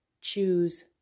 choose